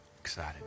Excited